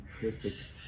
perfect